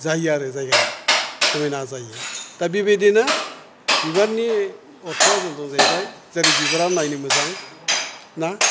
जायो आरो जायगाया समायना जायो दा बेबायदिनो बिबारनि अर्थआ जादों जाहैबाय जेरै बिबारा नायनो मोजां ना